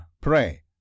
pray